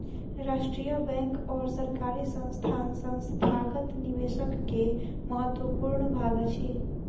राष्ट्रीय बैंक और सरकारी संस्थान संस्थागत निवेशक के महत्वपूर्ण भाग अछि